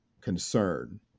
concern